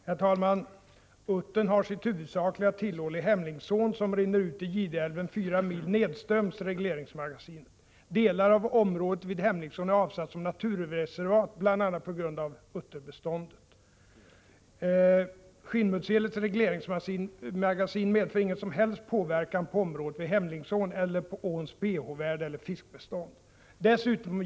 Herr talman! Uttern har sitt huvudsakliga tillhåll i Hemlingsån, som rinner ut i Gideälven 4 mil nedströms regleringsmagasinet. Delar av området vid Hemlingsån är avsatta som naturreservat, bl.a. på grund av utterbeståndet. Skinnmuddselets regleringsmagasin medför ingen som helst påverkan på området vid Hemlingsån eller på åns pH-värde eller fiskbestånd.